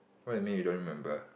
what you mean you don't remember